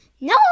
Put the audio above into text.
No